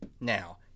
Now